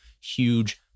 huge